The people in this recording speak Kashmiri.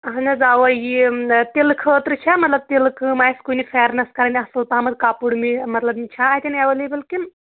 اہن حظ اَوَے یِم نہ تِلہٕ خٲطرٕ چھ مطلب تِلہٕ کٲم آسہِ کُنہِ پھٮ۪رنَس کانٛہہ اَصٕل پَہمَتھ کَپُر مے مطلب یِم چھا اَتٮ۪ن ایویلیبٕل کِنہٕ